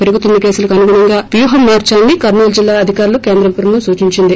పెరుగుతున్న కేసులకు అనుగుణంగా వ్యూహం మార్పాలని కర్నూలు జిల్లా అధికారులుస్ కేంద్ర బృందం సూచించింది